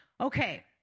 Okay